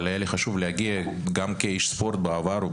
אבל היה חשוב לי להגיע כאיש ספורט בעבר,